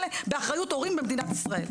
באחריות הורים במדינת ישראל.